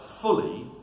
fully